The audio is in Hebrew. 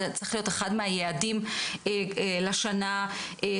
זה צריך להיות אחד מהיעדים לשנה הקרובה.